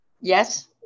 Yes